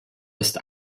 ist